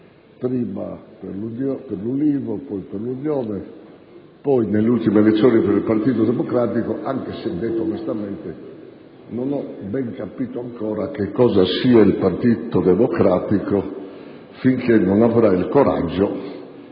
prima per l'Ulivo, poi per l'Unione poi, nelle ultime elezioni, per il Partito Democratico anche se, detto onestamente, non ho ben capito ancora cosa sia il Partito Democratico e non mi sarà chiaro